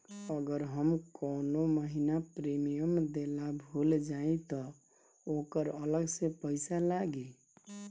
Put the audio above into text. अगर हम कौने महीने प्रीमियम देना भूल जाई त ओकर अलग से पईसा लागी?